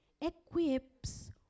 equips